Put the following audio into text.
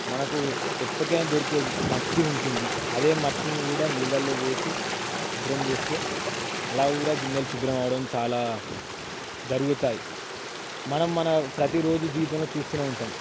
మనకు ఎప్పటికైనా దొరికే మట్టి ఉంటుంది అదే మట్టిని కూడా నీళ్ళలో వేసి శుభ్రం చేస్తే అలా కూడ గిన్నెలు శుభ్రమవడం చాలా జరుగుతాయి మనం మన ప్రతీ రోజూ జీవితంలో చూస్తూనే ఉంటాము